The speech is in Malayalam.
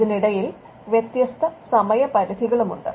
ഇതിനിടയിൽ വ്യത്യസ്ത സമയപരിധികകളും ഉണ്ട്